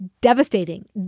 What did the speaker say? devastating